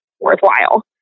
worthwhile